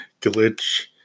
glitch